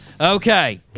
Okay